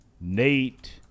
Nate